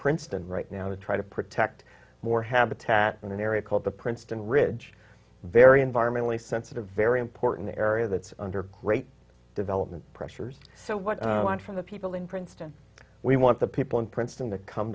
princeton right now to try to protect more habitat in an area called the princeton ridge very environmentally sensitive very important area that's under great development pressures so what i want from the people in princeton we want the people in princeton to come